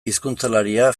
hizkuntzalaria